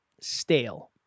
Stale